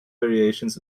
variations